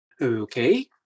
Okay